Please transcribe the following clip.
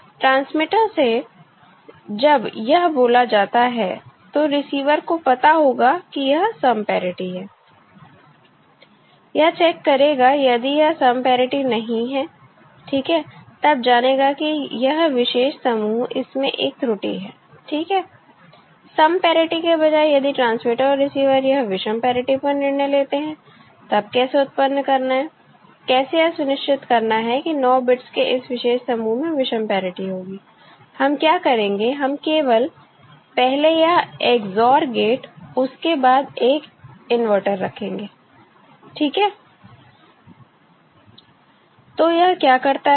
transmitter से जब यह बोला जाता है तो रिसीवर को पता होगा कि यह सम पैरिटी है यह चेक करेगा यदि यह सम पैरिटी नहीं है ठीक है तब जानेगा कि यह विशेष समूह इसमें एक त्रुटि है ठीक है सम पैरिटी के बजाय यदि ट्रांसमीटर और रिसीवर यह विषम पैरिटी पर निर्णय लेते हैं तब कैसे उत्पन्न करना है कैसे यह सुनिश्चित करना है कि 9 बिट्स के इस विशेष समूह में विषम पैरिटी होगी हम क्या करेंगे हम केवल पहले यह Ex OR गेट उसके बाद एक इनवर्टर रखेंगे ठीक है तो यह क्या करता है